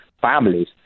families